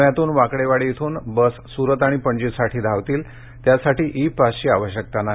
पुण्यातून वाकडेवाडी इथून या बस सुरत आणि पणजीसाठी धावतील त्यासाठी ई पासची आवश्यकता नाही